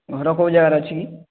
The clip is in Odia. ଘର କୋଉ ଯାଗାରେ ଅଛି କି